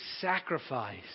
sacrifice